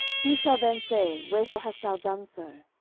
who shall then say, wherefore hast thou done so?